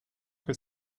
que